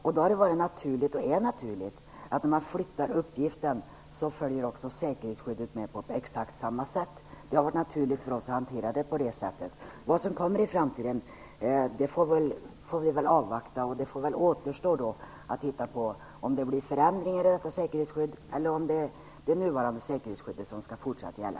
Därför har det varit och är naturligt att om uppgiften flyttas, följer också säkerhetsskyddet med på exakt samma sätt. Denna hantering har varit naturlig för oss. Vad som händer i framtiden får vi avvakta. Det återstår att se om det blir förändringar i säkerhetsskyddet eller om det är det nuvarande säkerhetsskyddet som skall fortsätta att gälla.